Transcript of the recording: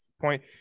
point